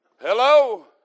Hello